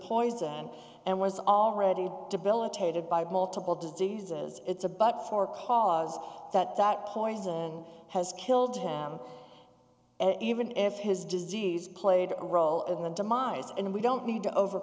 poisoned and was already debilitated by multiple diseases it's a but for cause that that poison has killed him even if his disease played a role in the demise and we don't need to over